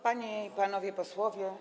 Panie i Panowie Posłowie!